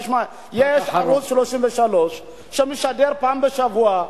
תשמע, יש ערוץ-33 שמשדר פעם בשבוע,